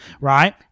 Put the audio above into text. right